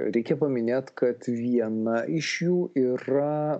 reikia paminėt kad viena iš jų yra